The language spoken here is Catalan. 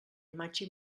imatge